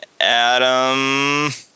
Adam